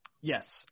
Yes